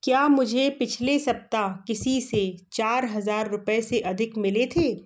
क्या मुझे पिछले सप्ताह किसी से चार हज़ार रुपये से अधिक मिले थे